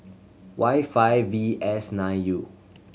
Y five V S nine U